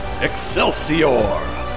Excelsior